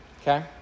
Okay